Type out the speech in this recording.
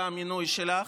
במינוי שלך.